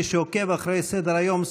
מי שעוקב אחרי סדר-היום,